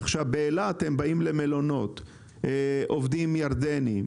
למלונות באילת מגיעים עובדים ירדנים,